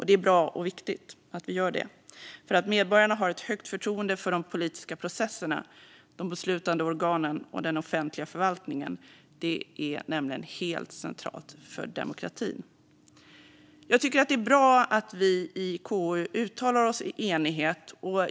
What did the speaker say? Det är bra och viktigt att vi gör det. Att medborgarna har ett högt förtroende för de politiska processerna, de beslutande organen och den offentliga förvaltningen är nämligen helt centralt för demokratin. Jag tycker att det är bra att vi i KU uttalar oss i enighet.